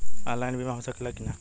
Online बीमा हो सकेला की ना?